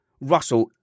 Russell